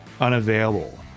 unavailable